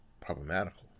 problematical